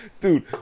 dude